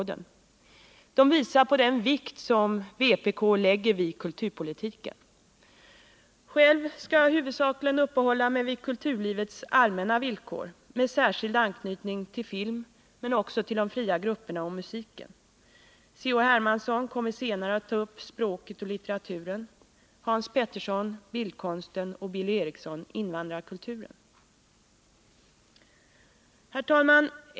De visar på den vikt vpk lägger vid kulturpolitiken. Själv skall jag huvudsakligen uppehålla mig vid kulturlivets allmänna villkor, med särskild anknytning till film men också till de fria grupperna och musiken. C.-H. Hermansson kommer senare att ta upp språket och litteraturen, Hans Petersson i Hallstahammar bildkonsten och Billy Eriksson invandrarkulturen. Herr talman!